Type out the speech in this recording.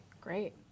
Great